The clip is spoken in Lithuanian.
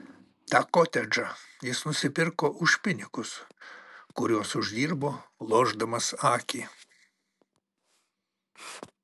tą kotedžą jis nusipirko už pinigus kuriuos uždirbo lošdamas akį